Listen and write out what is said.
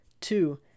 Two